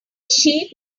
sheep